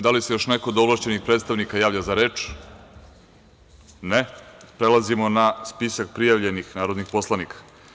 Da li se još neko od ovlašćenih predstavnika javlja za reč? (Ne) Prelazimo na spisak prijavljenih narodnih poslanika.